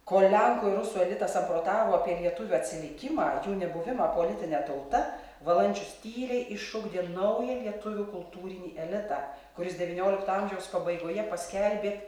kol lenkų ir rusų elitas samprotavo apie lietuvių atsilikimą jų nebuvimą politine tauta valančius tyliai išugdė naują lietuvių kultūrinį elitą kuris devyniolikto amžiaus pabaigoje paskelbė